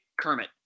Kermit